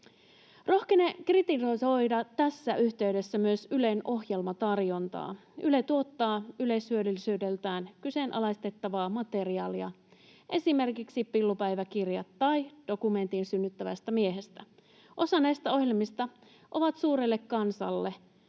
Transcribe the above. Rohkenen kritisoida tässä yhteydessä myös Ylen ohjelmatarjontaa. Yle tuottaa yleishyödyllisyydeltään kyseenalaistettavaa materiaalia, esimerkiksi Pillupäiväkirjat tai dokumentti synnyttävästä miehestä. Osa näistä ohjelmista on suurelle kansalle